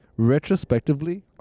retrospectively